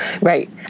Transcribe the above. Right